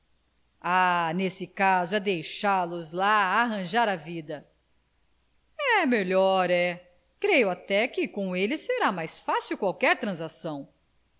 ah nesse caso é deixá los lá arranjar a vida é melhor é creio até que com ele será mais fácil qualquer transação